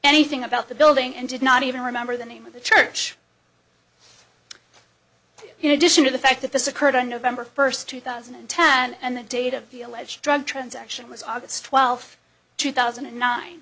anything about the building and did not even remember the name of the church you know addition to the fact that this occurred on november first two thousand and ten and the date of feel edge drug transaction was august twelfth two thousand and nine